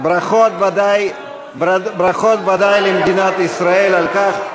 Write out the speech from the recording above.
ברכות ודאי למדינת ישראל על כך,